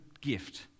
gift—